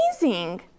amazing